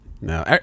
no